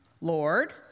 Lord